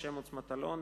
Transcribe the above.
משה (מוץ) מטלון,